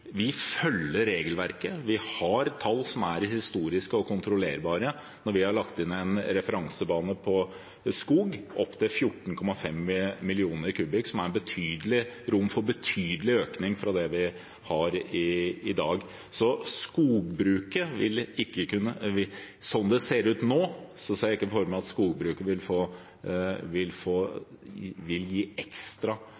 Vi følger regelverket, vi har tall som er historiske og kontrollerbare, og vi har lagt inn en referansebane for skog på opptil 14,5 millioner kubikk, som gir rom for en betydelig økning fra det vi har i dag. Som det ser ut nå, ser jeg ikke for meg at skogbruket vil